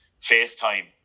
FaceTime